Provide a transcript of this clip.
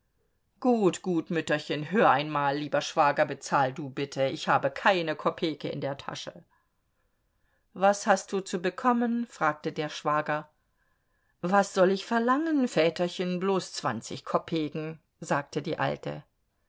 gut gut mütterchen hör einmal lieber schwager bezahl du bitte ich habe keine kopeke in der tasche was hast du zu bekommen fragte der schwager was soll ich verlangen väterchen bloß zwanzig kopeken sagte die alte